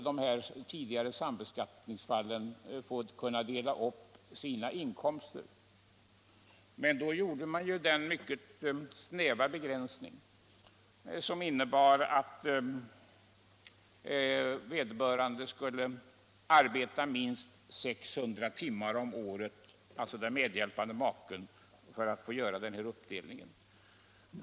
De tidigare sambeskattade skulle nu kunna dela upp sina inkomster, 130 men då införde man den mycket snäva begränsningen att den medhjälpande maken skulle arbeta minst 600 timmar om året för att man skulle få göra en sådan uppdelning.